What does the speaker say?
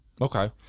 Okay